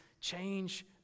Change